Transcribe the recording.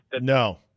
No